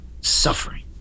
suffering